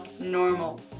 normal